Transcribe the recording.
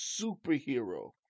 superhero